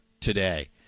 today